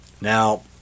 now